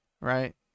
right